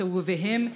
את אהוביהם,